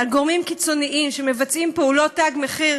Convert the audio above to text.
על גורמים קיצוניים שמבצעים פעולות "תג מחיר"